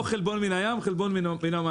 לא חלבון מן הים, חלבון מן המים.